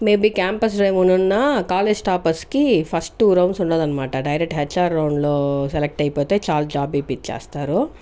may be campus drive ఉండున్నా college toppers కి first two rounds ఉండదన్నమాట డైరెక్ట్ హెచ్ ఆర్ రౌండ్ లో select అయిపోతే చాలు జాబ్ ఇప్పిచ్చేస్తారు